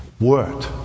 word